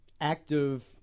active